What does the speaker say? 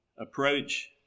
approach